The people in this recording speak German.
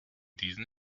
diesen